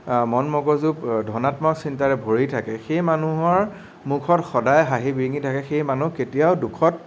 মন মগজু ধনাত্মক চিন্তাৰে ভৰি থাকে সেই মানুহৰ মুখত সদায় হাঁহি বিৰিঙি থাকে সেই মানুহ কেতিয়াও দুখত